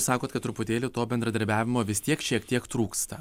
sakot kad truputėlį to bendradarbiavimo vis tiek šiek tiek trūksta